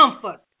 comfort